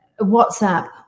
WhatsApp